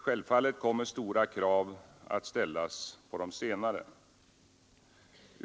Självfallet kommer stora krav att ställas på de senare.